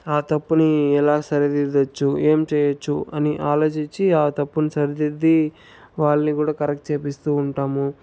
ఆ తప్పుని ఎలా సరిదిద్దచ్చు ఏం చేయొచ్చు అని ఆలోచించి ఆ తప్పును సరిదిద్ది వాళ్లను కూడా కరెక్ట్ చేపిస్తూ ఉంటాము